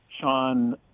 Sean